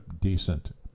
decent